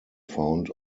found